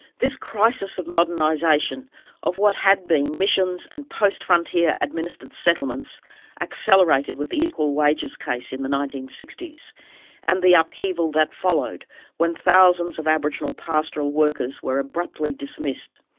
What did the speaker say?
this crisis of modernisation of what had been missions and post-frontier administered settlements accelerated with the equal wages case in the nineteen sixty s and the upheaval that followed when thousands of aboriginal pastoral workers were abruptly dismissed.